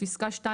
בפסקה (2),